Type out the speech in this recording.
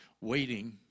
waiting